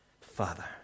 Father